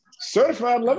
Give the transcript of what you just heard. Certified